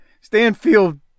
Stanfield